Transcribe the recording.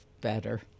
better